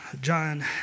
John